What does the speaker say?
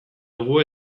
dugu